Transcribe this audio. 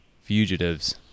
Fugitives